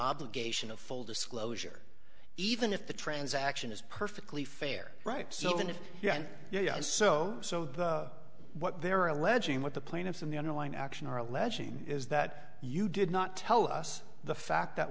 obligation of full disclosure even if the transaction is perfectly fair right so even if yeah so so what they're alleging what the plaintiffs in the underlying action are alleging is that you did not tell us the fact that